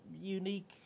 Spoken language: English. unique